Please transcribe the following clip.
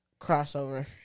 Crossover